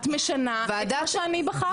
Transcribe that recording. את משנה את מה שאני בחרתי.